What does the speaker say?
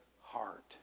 heart